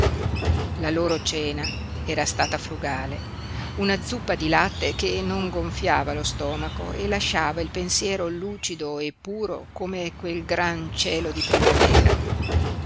la loro cena era stata frugale una zuppa di latte che non gonfiava lo stomaco e lasciava il pensiero lucido e puro come quel gran cielo di primavera